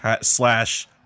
slash